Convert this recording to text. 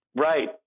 Right